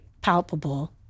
palpable